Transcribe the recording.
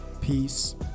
peace